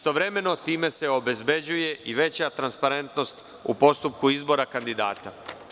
Time se obezbeđuje veća transparentnost u postupku izbora kandidata.